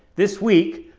this week,